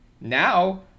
Now